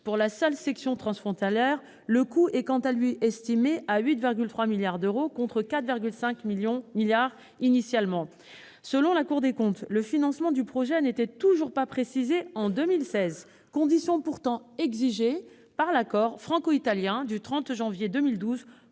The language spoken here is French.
Pour la seule section transfrontalière, le coût est quant à lui estimé à 8,3 milliards d'euros, contre 4,5 milliards d'euros initialement. Selon la Cour des comptes, le financement du projet n'était toujours pas précisé en 2016, condition pourtant exigée par l'accord franco-italien du 30 janvier 2012